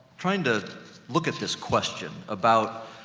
trying to look at this question about,